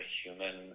human